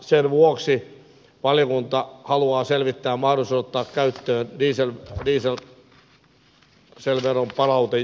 sen vuoksi valiokunta haluaa selvittää mahdollisuuden ottaa käyttöön dieselveron palautusjärjestelmä